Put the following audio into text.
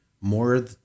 more